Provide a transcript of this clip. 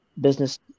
business